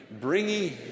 bringing